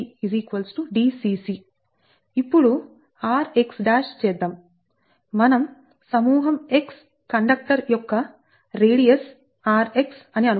ఇప్పుడు rx చేద్దాంమనం సమూహం x కండక్టర్ యొక్క రేడియస్ rx అని అనుకుందాం